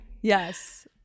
yes